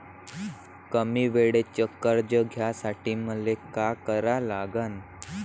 कमी वेळेचं कर्ज घ्यासाठी मले का करा लागन?